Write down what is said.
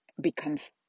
becomes